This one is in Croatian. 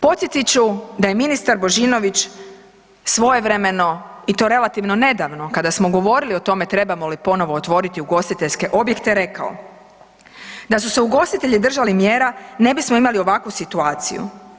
Podsjetit ću da je ministar Božinović, svojevremeno, i to relativno nedavno, kada smo govorili o tome trebamo li ponovo otvoriti ugostiteljske objekte, rekao, da su se ugostitelji držali mjera, ne bismo imali ovakvu situaciju.